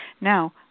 Now